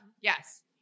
yes